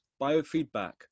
biofeedback